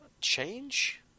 change